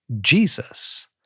Jesus